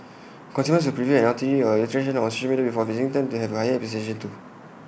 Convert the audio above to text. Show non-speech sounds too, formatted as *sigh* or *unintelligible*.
consumers who preview an eatery or attraction on *unintelligible* before visiting tend to have higher expectations too